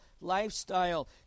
lifestyle